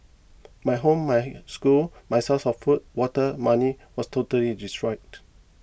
my home my school my source of food water money was totally destroyed